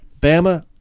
Bama